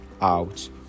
out